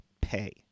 pay